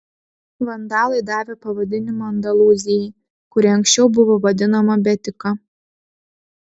vandalai davė pavadinimą andalūzijai kuri anksčiau buvo vadinama betika